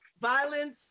violence